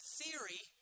theory